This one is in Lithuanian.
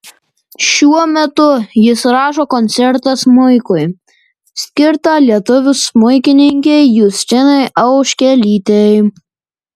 šiuo metu jis rašo koncertą smuikui skirtą lietuvių smuikininkei justinai auškelytei